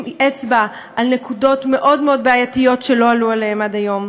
את האצבע על נקודות מאוד מאוד בעייתיות שלא עלו עליהן עד היום.